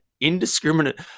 Indiscriminate